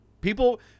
People